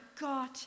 God